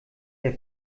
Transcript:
der